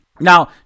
Now